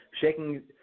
shaking